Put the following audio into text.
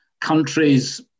countries